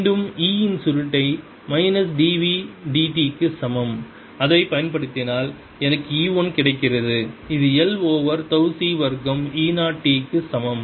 மீண்டும் E இன் சுருட்டைப் minus d v d t க்கு சமம் அதை பயன்படுத்தினால் எனக்கு E 1 கிடைக்கிறது இது l ஓவர் தவ் C வர்க்கம் E 0 t க்கு சமம்